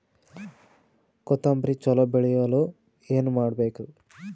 ಕೊತೊಂಬ್ರಿ ಚಲೋ ಬೆಳೆಯಲು ಏನ್ ಮಾಡ್ಬೇಕು?